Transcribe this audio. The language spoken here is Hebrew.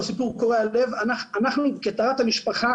אנחנו בטהרת המשפחה,